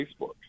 Facebook